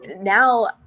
now